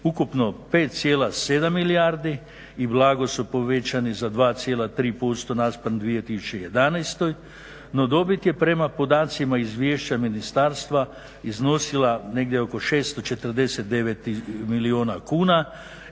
ukupno 5,7 milijardi i blago su povećani za 2,3% naspram 2011., no dobit je prema podacima iz izvješća ministarstva iznosila negdje oko 649 milijuna kuna